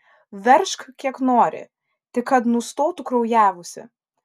veržk kiek nori tik kad nustotų kraujavusi